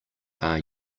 are